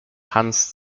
hans